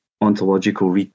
ontological